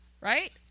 right